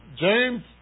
James